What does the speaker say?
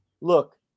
Look